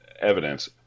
evidence